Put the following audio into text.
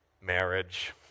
Marriage